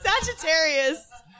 Sagittarius